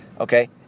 Okay